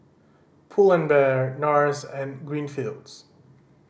Pull and Bear Nars and Greenfields